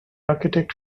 architect